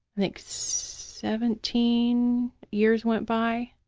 think seventeen years went by.